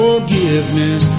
Forgiveness